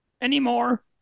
anymore